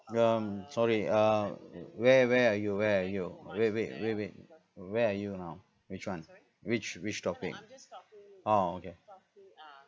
ya um sorry ah where where are you where are you wait wait wait wait where are you now which one which which topic oh okay